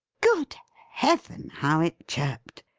good heaven, how it chirped!